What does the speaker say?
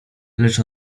lecz